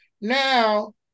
now